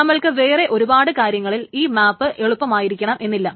നമ്മൾക്ക് വേറെ ഒരുപാട് കാര്യങ്ങളിൽ ഈ മാപ് എളുപ്പമായിരിക്കണമെന്നില്ല